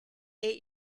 eight